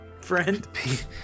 friend